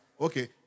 Okay